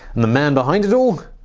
and the man behind it all?